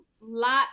lots